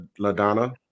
LaDonna